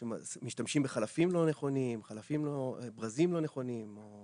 כשמשמשים בחלפים לא נכונים, ברזים לא נכונים, או